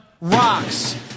rocks